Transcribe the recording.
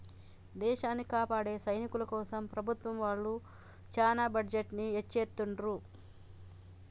దేశాన్ని కాపాడే సైనికుల కోసం ప్రభుత్వం వాళ్ళు చానా బడ్జెట్ ని ఎచ్చిత్తండ్రు